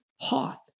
hoth